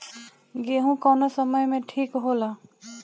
गेहू कौना समय मे ठिक होला?